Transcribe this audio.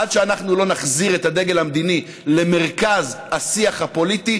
עד שאנחנו לא נחזיר את הדגל המדיני למרכז השיח הפוליטי,